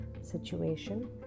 situation